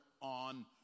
on